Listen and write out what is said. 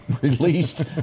released